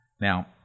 Now